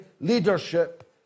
leadership